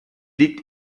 liegt